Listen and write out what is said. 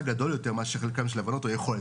גדול יותר מאשר חלקן של הבנות או יכולת".